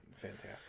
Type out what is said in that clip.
fantastic